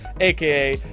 aka